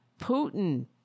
Putin